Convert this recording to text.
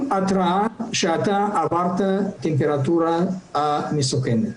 עם התראה שאתה עברת לטמפרטורה מסוכנת.